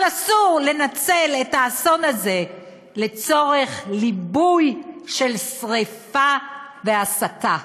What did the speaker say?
אבל אסור לנצל את האסון הזה לצורך ליבוי של שרפה והסתה.